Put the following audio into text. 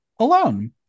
alone